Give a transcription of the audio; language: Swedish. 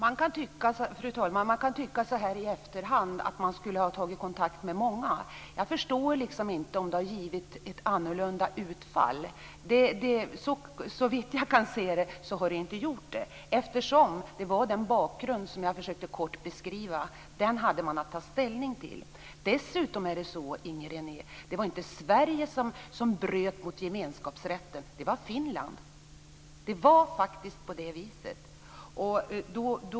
Fru talman! Man kan tycka i efterhand att man skulle ha tagit kontakt med många. Jag skulle förstå det om det givit ett annorlunda utfall. Men såvitt jag kan se hade det inte gett det. Den bakgrund som jag kort försökte beskriva var vad man hade att ta ställning till. Dessutom, Inger René, var det inte Sverige som bröt mot gemenskapsrätten. Det var Finland. Det var faktiskt på det viset.